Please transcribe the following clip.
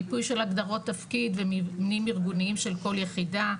מיפוי של הגדרות תפקיד ומבנים ארגוניים של כל יחידה.